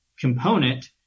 component